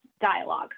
dialogue